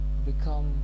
become